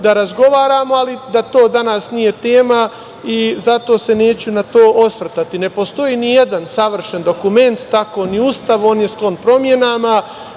da razgovaramo, ali da to danas nije tema i zato se neću na to osvrtati. Ne postoji nijedan savršen dokument, tako ni Ustav, on je sklon promenama.